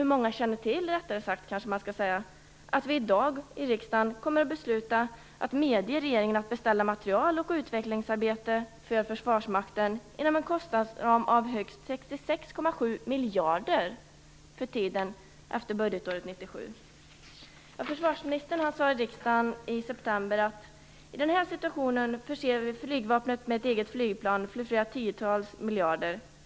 Hur många känner till att vi i dag i riksdagen kommer att besluta att medge regeringen att beställa materiel och utvecklingsarbete för Försvarsmakten inom en kostnadsram av högst 66,7 miljarder för tiden efter budgetåret 1997. Försvarsministern sade i riksdagen i september: "I den här situationen förser vi flygvapnet med ett eget flygplan för flera tiotals miljarder.